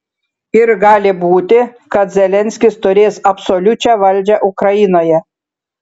ir gali būti kad zelenskis turės absoliučią valdžią ukrainoje